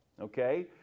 okay